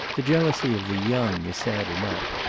the jealousy of the young is sad enough,